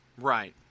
Right